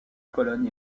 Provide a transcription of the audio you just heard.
pologne